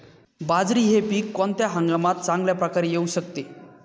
बाजरी हे पीक कोणत्या हंगामात चांगल्या प्रकारे येऊ शकते?